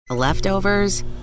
Leftovers